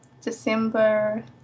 December